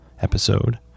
episode